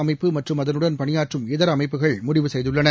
அமைப்பு மற்றும் அதனுடன் பணியாற்றும் இதரஅமைப்புகள் முடிவு செய்துள்ளன